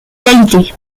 qualité